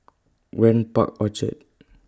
Grand Park Orchard